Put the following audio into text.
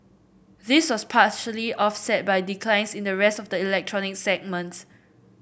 this was partially offset by declines in the rest of the electronic segments